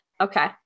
Okay